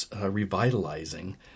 revitalizing